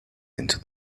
into